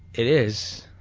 it is.